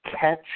catch